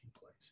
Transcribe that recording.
place